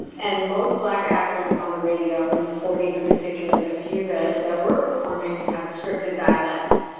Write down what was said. and most black actors on the radio in the forty s in particular, the few that that were performing had scripted dialect,